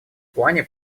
плане